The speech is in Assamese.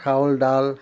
চাউল দাল